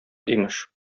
имеш